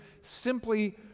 simply